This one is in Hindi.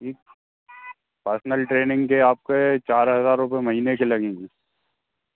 ठीक पर्सनल ट्रेनिंग के आपके चार हज़ार रुपए महीने के लगेंगे